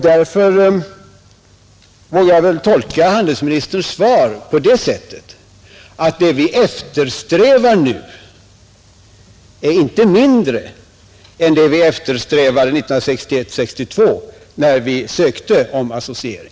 Därför vågar jag väl tolka handelsministerns svar på det sättet att det vi nu eftersträvar inte är mindre än det vi eftersträvade 1961—1962 när vi ansökte om associering.